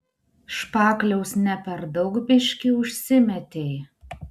špakliaus ne per daug biškį užsimetei